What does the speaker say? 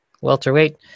Welterweight